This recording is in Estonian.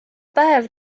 päev